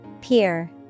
Peer